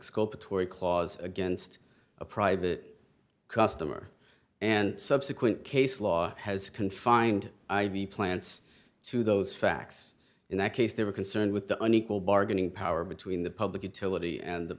atory clause against a private customer and subsequent case law has confined i v plants to those facts in that case they were concerned with the unequal bargaining power between the public utility and